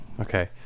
Okay